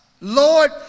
Lord